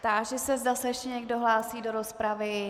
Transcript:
Táži se, zda se ještě někdo hlásí do rozpravy.